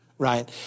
Right